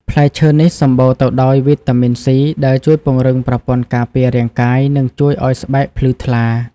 ផ្លែឈើនេះសំបូរទៅដោយវីតាមីន C ដែលជួយពង្រឹងប្រព័ន្ធការពាររាងកាយ និងជួយឱ្យស្បែកភ្លឺថ្លា។